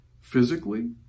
physically